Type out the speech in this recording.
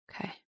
Okay